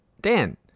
Dan